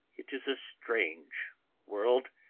it is a strange world,